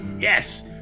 Yes